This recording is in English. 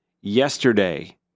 yesterday